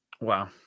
Wow